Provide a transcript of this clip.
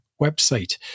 website